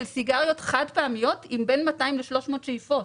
סיגריות חד פעמיות עם בין 200 ל-300 שאיפות.